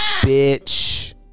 bitch